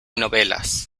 novelas